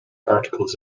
articles